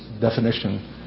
definition